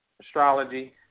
astrology